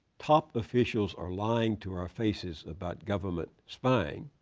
top officials are lying to our faces about government spying,